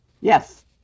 Yes